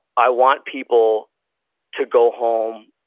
i want people to go home,